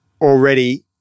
already